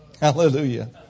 Hallelujah